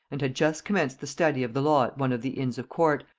and had just commenced the study of the law at one of the inns of court,